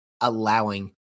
allowing